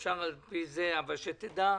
דע,